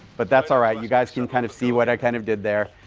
but that's all right. you guys can kind of see what i kind of did there,